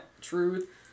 Truth